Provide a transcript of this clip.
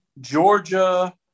Georgia